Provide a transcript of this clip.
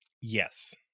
Yes